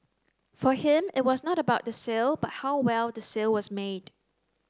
for him it was not about the sale but how well the sale was made